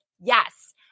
Yes